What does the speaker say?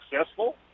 successful